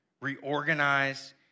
Reorganize